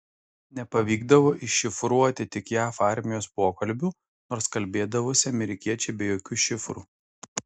nepavykdavo iššifruoti tik jav armijos pokalbių nors kalbėdavosi amerikiečiai be jokių šifrų